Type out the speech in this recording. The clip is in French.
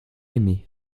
aimé